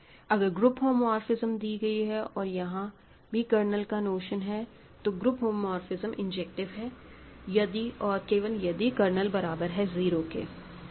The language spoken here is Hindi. अगर ग्रुप होमोमोर्फिसम दी गई है और यहां भी कर्नल का नोशन है तो ग्रोपु होमोमोर्फिसम इंजेक्टिव है यदि और केवल यदि कर्नल बराबर 0 है